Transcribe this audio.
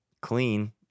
clean